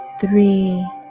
three